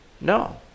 No